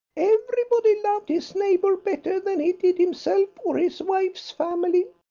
everybody loved his neighbour better than he did himself or his wife's family,